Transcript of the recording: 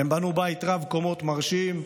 בנו בית רב-קומות מרשים,